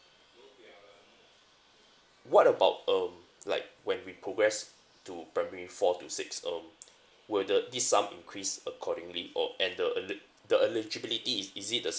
what about um like when we progress to primary four to six um will the this sum increase accordingly or and the eli~ the eligibility is is it the same